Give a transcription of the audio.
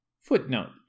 Footnote